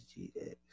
GX